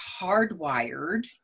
hardwired